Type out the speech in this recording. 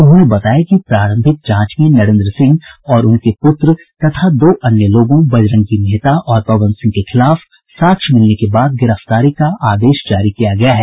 उन्होंने बताया कि प्रारंभिक जांच में नरेन्द्र सिंह और उनके पुत्र तथा दो अन्य लोगों बजरंगी मेहता और पवन सिंह के खिलाफ साक्ष्य मिलने के बाद गिरफ्तारी का आदेश जारी किया गया है